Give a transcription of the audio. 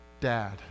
Dad